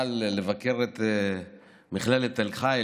בכלל לבקר את מכללת תל-חי,